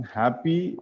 happy